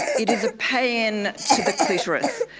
it is a paean to the clitoris,